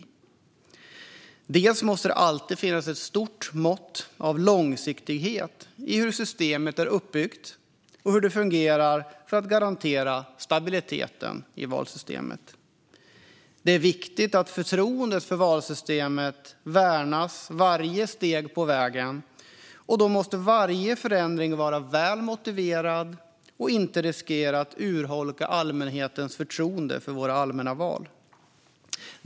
Bland annat måste det alltid finnas ett stort mått av långsiktighet i hur valsystemet är uppbyggt och hur det fungerar för att garantera stabiliteten. Det är viktigt att förtroendet för valsystemet värnas varje steg på vägen, och då måste varje förändring vara väl motiverad och inte riskera att urholka allmänhetens förtroende för våra allmänna val.